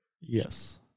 yes